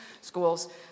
schools